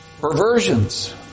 perversions